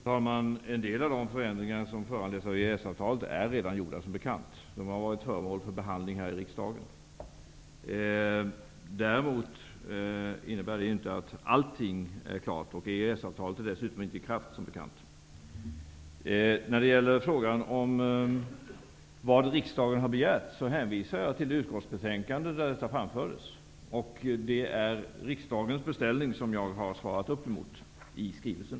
Herr talman! En del av de förändringar som föranletts av EES-avtalet är, som bekant, redan gjorda. De frågorna har varit föremål för behandling här i riksdagen. Men detta innebär inte att allting är klart. Dessutom är ju EES-avtalet ännu inte i kraft. Som svar på frågan om vad riksdagen har begärt hänvisar jag till det utskottsbetänkande där det här har framförts. Det är riksdagens beställning som jag svarar upp mot i skrivelsen.